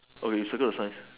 okay circle the sign